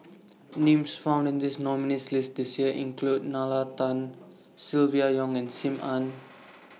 Names found in The nominees' list This Year include Nalla Tan Silvia Yong and SIM Ann